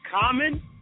Common